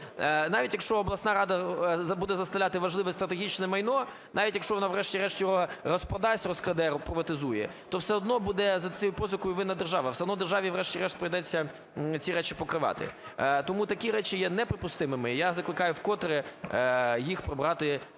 навіть якщо обласна рада буде заставляти важливе стратегічне майно, навіть якщо вона врешті-решт його розпродасть, розкраде, приватизує, то все одно буде за цією позикою винна держава, все одно державі врешті-решт прийдеться ці речі покривати. Тому такі речі є неприпустимими. Я закликаю вкотре їх прибрати з